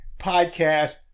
podcast